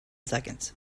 seconds